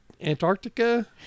antarctica